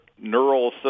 neural